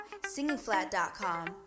SingingFlat.com